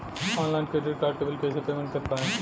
Online credit card के bill कइसे payment कर पाएम?